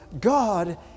God